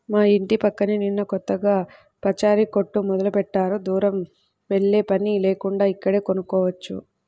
మా యింటి పక్కనే నిన్న కొత్తగా పచారీ కొట్టు మొదలుబెట్టారు, దూరం వెల్లేపని లేకుండా ఇక్కడే కొనుక్కోవచ్చు